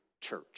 church